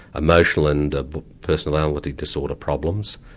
emotional and personality disorder problems.